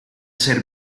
ser